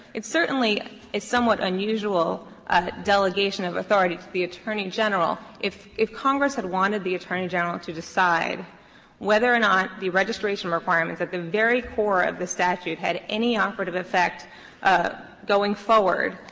it certainly is somewhat unusual delegation of authority to the attorney general. if if congress had wanted the attorney general to decide whether or not the registration requirements at the very core of this statute had any operative effect going forward,